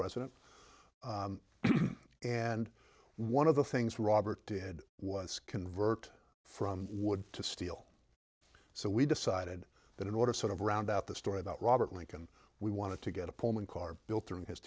president and one of the things robert did was convert from wood to steel so we decided that in order to sort of round out the story about robert lincoln we wanted to get a pullman car built during h